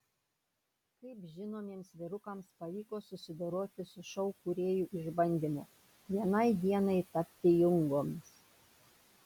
kaip žinomiems vyrukams pavyko susidoroti su šou kūrėjų išbandymu vienai dienai tapti jungomis